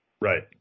Right